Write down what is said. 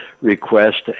request